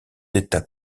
états